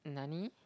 nani